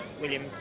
William